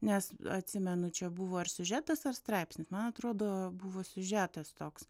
nes atsimenu čia buvo ar siužetas ar straipsnis man atrodo buvo siužetas toks